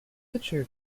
pitcher